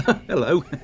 Hello